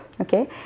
Okay